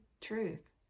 truth